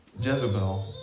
Jezebel